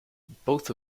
both